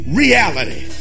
reality